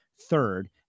Third